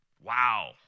Wow